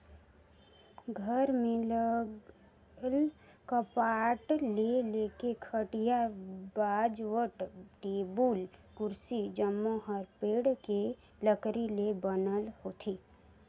घर में लगल कपाट ले लेके खटिया, बाजवट, टेबुल, कुरसी जम्मो हर पेड़ के लकरी ले बनल होथे